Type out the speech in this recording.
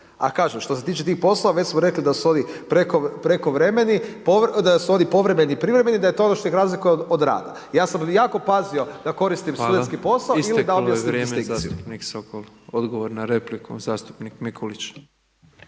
A kažem, što se tiče tih poslova, već smo rekli da su oni povremeni i privremeni, da je to ono što ih razliku od rada. Ja sam jako pazio da koristim studentski posao ili da objasnim distinkciju. **Petrov, Božo (MOST)** Hvala. Isteklo je vrijeme, zastupnik Sokol. Odgovor na repliku, zastupnik Mikulić.